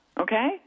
okay